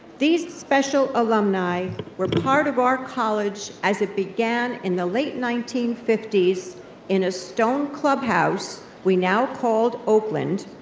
these special alumni were part of our college as it began in the late nineteen fifty s in a stone clubhouse, we now called oakland,